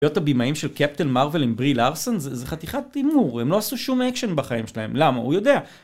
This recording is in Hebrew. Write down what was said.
להיות הבימאים של קפטן מרוויל עם בריל ארסון זה חתיכת הימור, הם לא עשו שום אקשן בחיים שלהם, למה? הוא יודע.